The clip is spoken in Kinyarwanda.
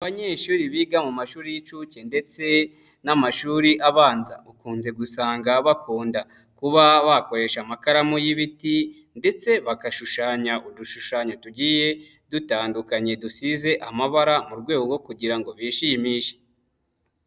Abanyeshuri biga mu mashuri y'inshuke ndetse n'amashuri abanza ukunze gusanga bakunda kuba bakoresha amakaramu y'ibiti ndetse bagashushanya udushushanyo tugiye dutandukanye dusize amabara mu rwego rwo kugira ngo bishimishe.